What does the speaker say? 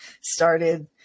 started